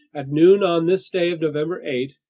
at noon on this day of november eight,